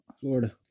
Florida